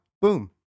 boom